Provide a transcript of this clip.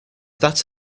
that